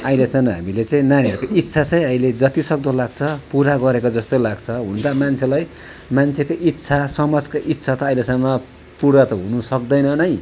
अहिलेसम्म हामीले चाहिँ नानीहरूको इच्छा चाहिँ अहिले जतिसक्दो लाग्छ पुरा गरेको जस्तो लाग्छ हुन त मान्छेलाई मान्छेको इच्छा समाजको इच्छा त अहिलेसम्म पुरा त हुनु सक्दैन नै